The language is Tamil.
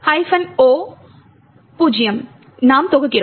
c O0 நாம் தொகுக்கிறோம்